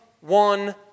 one